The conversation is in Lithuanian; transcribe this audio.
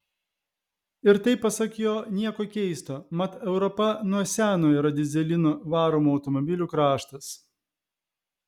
ir tai pasak jo nieko keisto mat europa nuo seno yra dyzelinu varomų automobilių kraštas